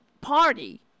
Party